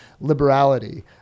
liberality